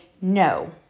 no